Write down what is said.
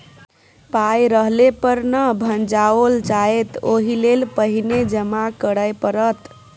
पाय रहले पर न भंजाओल जाएत ओहिलेल पहिने जमा करय पड़त